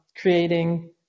creating